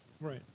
Right